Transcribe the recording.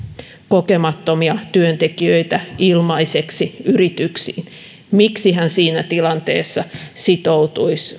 kokemattomia työntekijöitä ilmaiseksi yrityksiin miksi hän siinä tilanteessa sitoutuisi